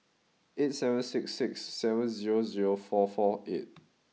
eight seven six six seven zero zero four four eight